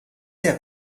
der